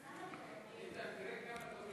חבר הכנסת בר-לב,